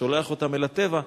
שולח אותם אל הטבע,